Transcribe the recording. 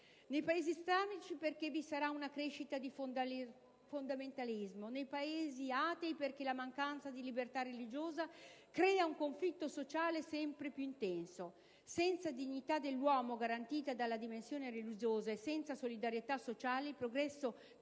nei Paesi islamici, perché vi sarà una crescita di fondamentalismo; nei Paesi atei, perché la mancanza di libertà religiosa crea un conflitto sociale sempre più intenso. Senza dignità dell'uomo garantita dalla dimensione religiosa e senza solidarietà sociale, il progresso tecnico